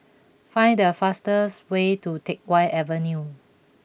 find the fastest way to Teck Whye Avenue